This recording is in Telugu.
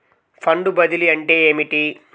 ఫండ్ బదిలీ అంటే ఏమిటి?